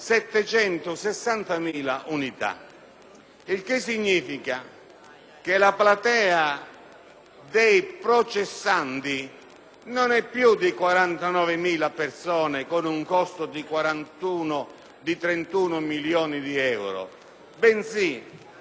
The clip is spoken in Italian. che la platea dei processandi non è più di 49.000 persone con un costo di 31 milioni di euro, bensì di 600.000 o 700.000 persone tra